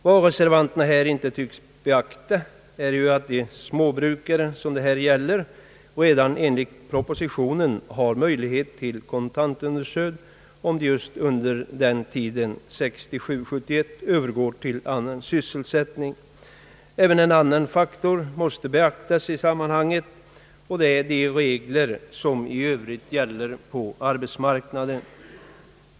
Vad reservanterna här inte tycks beakta är att de småbrukare som det här gäller redan enligt propositionen har möjlighet till kontantunderstöd, om de just under tiden 1967—1971 övergår till annan sysselsättning. Även en annan faktor måste framhållas i sammanhanget, nämligen de regler som i övrigt gäller på arbetsmarknaden.